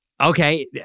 Okay